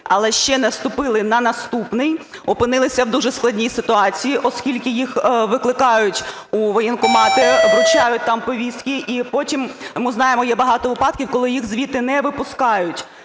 але ще не вступили на наступний, опинилися в дуже складній ситуації, оскільки їх викликають у воєнкомати, вручають там повістки і потім, ми знаємо, є багато випадків, коли їх звідти не випускають.